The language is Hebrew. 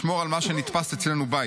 לשמור על מה שנתפס אצלנו בית,